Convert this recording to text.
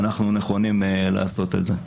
אנחנו נכונים לעשות את זה.